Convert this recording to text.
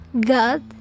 God